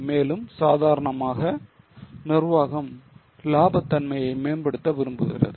மேலும் சாதாரணமாக நிர்வாகம் லாப தன்மையை மேம்படுத்த விரும்புகிறது